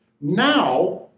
Now